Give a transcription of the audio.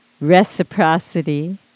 reciprocity